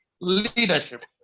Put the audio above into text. leadership